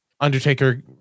Undertaker